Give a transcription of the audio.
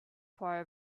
part